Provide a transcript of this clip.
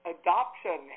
adoption